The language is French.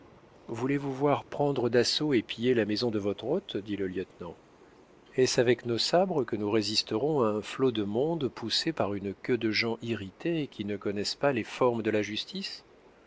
voulez-vous voir prendre d'assaut et piller la maison de votre hôte dit le lieutenant est-ce avec nos sabres que nous résisterons à un flot de monde poussé par une queue de gens irrités et qui ne connaissent pas les formes de la justice